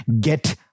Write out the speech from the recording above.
get